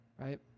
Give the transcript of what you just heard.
Right